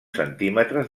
centímetres